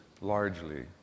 largely